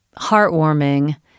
heartwarming